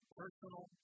personal